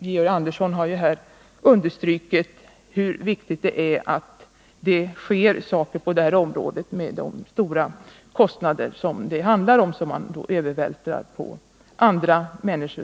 Georg Andersson har ju här understrukit hur viktigt det är att det sker någonting på det här området med hänsyn till de stora kostnader som det handlar om och som de som själva inte betalar licensen övervältrar på andra människor.